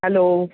hello